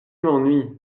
m’ennuies